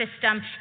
system